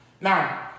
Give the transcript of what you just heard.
now